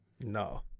No